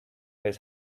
his